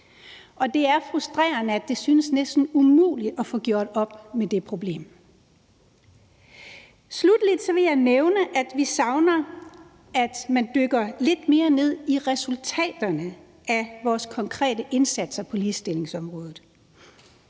og det er frustrerende, at det synes næsten umuligt at få gjort op med det problem. Sluttelig vil jeg nævne, at vi savner, at man dykker lidt mere ned i resultaterne af vores konkrete indsatser på ligestillingsområdet,